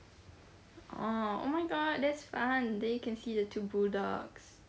orh oh my god that's fun then you can see the two bulldogs